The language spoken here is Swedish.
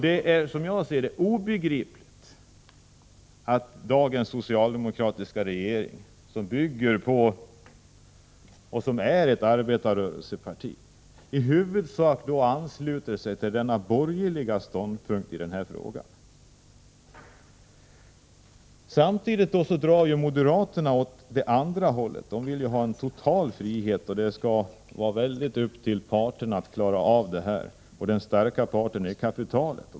Det är som jag ser det obegripligt att dagens socialdemokratiska regering — socialdemokraterna är ju ett arbetarrörelseparti — i huvudsak ansluter sig till den borgerliga ståndpunkten i den här frågan. Moderaterna å sin sida vill ha en total frihet. Parterna skall klara det här själva, och den starka parten är ju kapitalet.